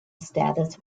status